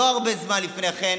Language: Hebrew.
לא הרבה זמן לפני כן,